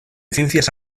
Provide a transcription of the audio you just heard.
ciencias